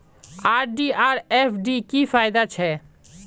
RD आर FD की फ़ायदा छे?